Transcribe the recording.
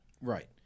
Right